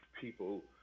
people